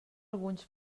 alguns